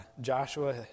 Joshua